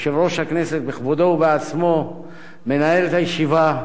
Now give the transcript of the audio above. יושב-ראש הכנסת בכבודו ובעצמו מנהל את הישיבה,